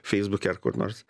feisbuke ar kur nors